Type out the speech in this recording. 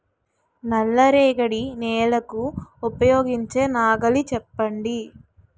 నల్ల రేగడి నెలకు ఉపయోగించే నాగలి చెప్పండి?